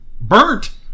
burnt